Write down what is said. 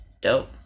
dope